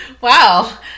wow